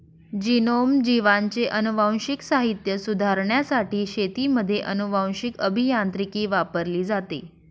genome, जीवांचे अनुवांशिक साहित्य सुधारण्यासाठी शेतीमध्ये अनुवांशीक अभियांत्रिकी वापरली जाते